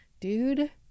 Dude